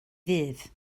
ddydd